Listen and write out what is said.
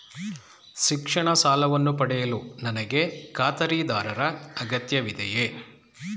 ಶಿಕ್ಷಣ ಸಾಲವನ್ನು ಪಡೆಯಲು ನನಗೆ ಖಾತರಿದಾರರ ಅಗತ್ಯವಿದೆಯೇ?